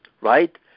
right